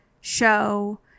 show